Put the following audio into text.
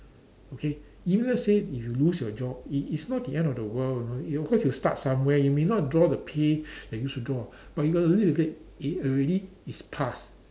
okay even let's say if you lose your job it it's not the end of the world you know of course you start somewhere you may not draw the pay that used to draw but you got to look at it it already is past